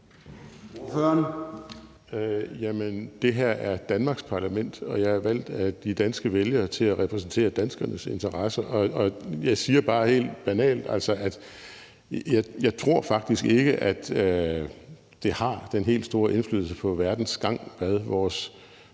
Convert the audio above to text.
Det her er Danmarks parlament, og jeg er valgt af de danske vælgere til at repræsentere danskernes interesser. Jeg siger bare helt banalt, at jeg faktisk ikke tror, det har den helt store indflydelse på verdens gang, hvad vores